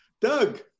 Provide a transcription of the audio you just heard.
Doug